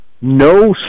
no